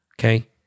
okay